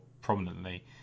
prominently